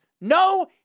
no